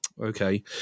okay